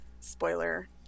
spoiler